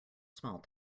small